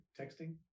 texting